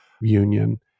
union